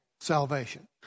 salvation